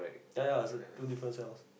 ya ya it was a two different cells